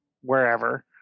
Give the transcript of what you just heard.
wherever